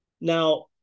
now